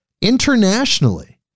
Internationally